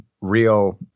real